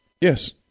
Yes